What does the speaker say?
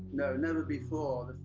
no, never before,